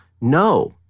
No